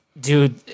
dude